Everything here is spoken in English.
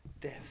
death